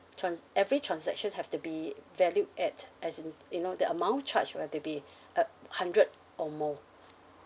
trans~ every transaction have to be valued at as in you know the amount charge will have to be at hundred or more